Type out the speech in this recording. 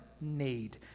need